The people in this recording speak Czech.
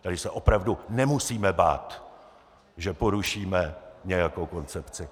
Tady se opravdu nemusíme bát, že porušíme nějakou koncepci.